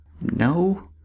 No